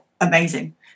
amazing